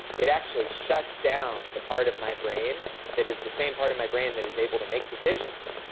it actually shuts down the part of my brain that is the same part of my brain that is able to make decisions.